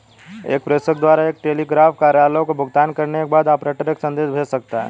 एक प्रेषक द्वारा एक टेलीग्राफ कार्यालय को भुगतान करने के बाद, ऑपरेटर एक संदेश भेज सकता है